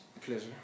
Pleasure